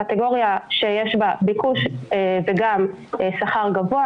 קטגוריה שיש בה ביקוש בגלל שכר גבוה,